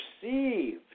perceived